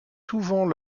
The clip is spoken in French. souvent